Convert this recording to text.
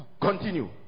Continue